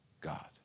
God